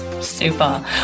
Super